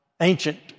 ancient